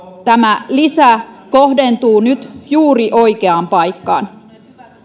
tämä lisä kohdentuu nyt juuri oikeaan paikkaan